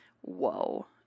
Whoa